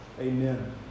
Amen